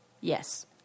Yes